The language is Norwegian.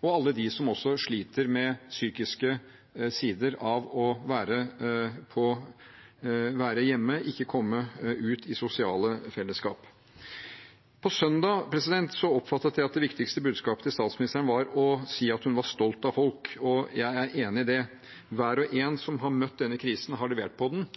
og alle de som også sliter med psykiske sider av å være hjemme og ikke komme ut i sosiale fellesskap. På søndag oppfattet jeg at det viktigste budskapet til statsministeren var å si at hun var stolt av folk. Jeg er enig i det. Hver og en som har møtt denne krisen, har levert på den,